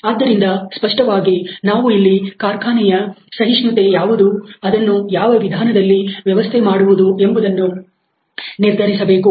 ಆದ್ದರಿಂದ ಸ್ಪಷ್ಟವಾಗಿ ನಾವು ಇಲ್ಲಿಕಾರ್ಖಾನೆಯ ಸಹಿಷ್ಣುತೆ ಯಾವುದು ಅದನ್ನು ಯಾವ ವಿಧಾನದಲ್ಲಿ ವ್ಯವಸ್ಥೆ ಮಾಡುವುದು ಎಂಬುದನ್ನು ನಿರ್ಧರಿಸಬೇಕು